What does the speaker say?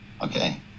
Okay